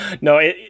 No